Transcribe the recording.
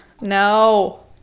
No